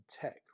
tech